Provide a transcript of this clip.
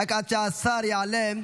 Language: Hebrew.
עד שהשר יעלה,